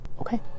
Okay